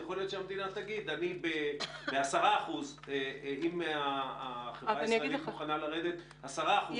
יכול להיות שהמדינה תגיד שאם החברה הישראלית מוכנה לרדת 10%,